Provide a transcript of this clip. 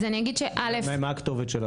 מה הכתובת שלכן?